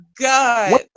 God